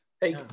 Hey